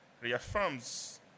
reaffirms